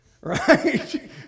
right